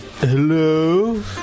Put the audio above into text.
Hello